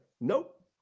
Nope